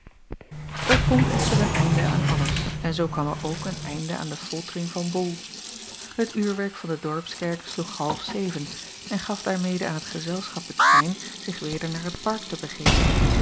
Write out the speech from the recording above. r komt echter een einde aan alles en zoo kwam er ook een einde aan de foltering van ol et uurwerk van de dorpskerk sloeg half zeven en gaf daarmede aan het gezelschap het sein zich weder naar het park te begeven